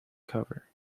cover